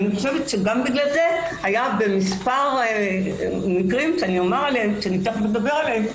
גם בגלל זה היה במספר מקרים, שתיכף אדבר עליהם,